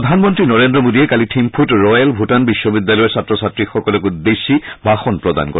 প্ৰধানমন্ত্ৰী নৰেন্দ্ৰ মোদীয়ে কালি থিম্ফুত ৰয়েল ভূটান বিশ্ববিদ্যালয়ৰ ছাত্ৰ ছাত্ৰীসকলক উদ্দেশ্যি ভাষণ প্ৰদান কৰে